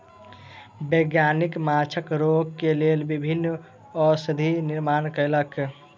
वैज्ञानिक माँछक रोग के लेल विभिन्न औषधि निर्माण कयलक